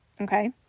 okay